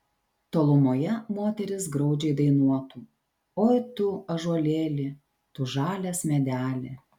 tolumoje moteris graudžiai dainuotų oi tu ąžuolėli tu žalias medeli